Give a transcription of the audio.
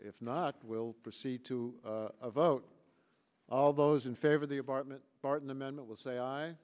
if not will proceed to a vote all those in favor of the apartment barton amendment will say i